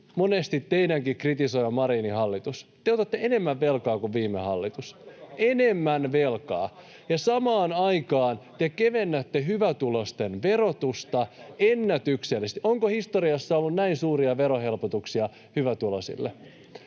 monesti kritisoimanne Marinin hallitus. Te otatte enemmän velkaa kuin viime hallitus, enemmän velkaa, [Miko Bergbomin välihuuto] ja samaan aikaan te kevennätte hyvätuloisten verotusta ennätyksellisesti. Onko historiassa ollut näin suuria verohelpotuksia hyvätuloisille?